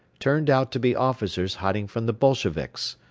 turned out to be officers hiding from the bolsheviks.